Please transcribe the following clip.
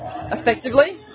effectively